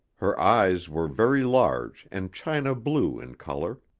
her eyes were very large and china-blue in colour.